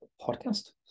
Podcast